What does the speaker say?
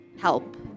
help